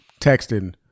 texting